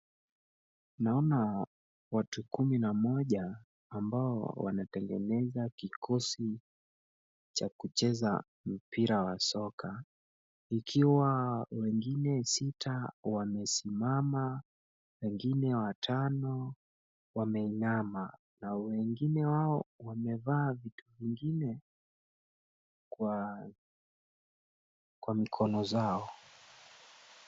Naona watu kumi na moja ambao wanatengeneza kikosi cha kucheza mpira wa soka, ikiwa wengine sita wamesimama, wengine watano wameinama na wengine wao wamevaa vitu vingine kwa mikono zao.